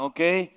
Okay